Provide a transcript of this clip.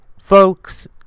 Folks